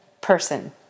person